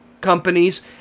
companies